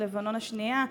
מלחמת לבנון השנייה,